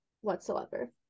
whatsoever